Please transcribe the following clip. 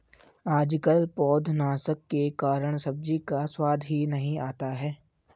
आजकल पौधनाशक के कारण सब्जी का स्वाद ही नहीं आता है